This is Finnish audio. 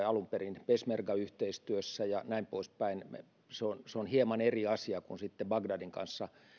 alun perin peshmerga yhteistyössä ja näin poispäin se on hieman eri asia kuin sitten bagdadin kanssa